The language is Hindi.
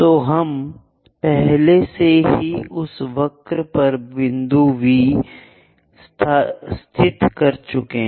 तो हम पहले से ही उस वक्र पर बिंदु V स्थित हैं